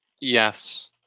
Yes